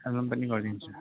album पनि गरिदिन्छु